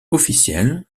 officiel